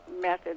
method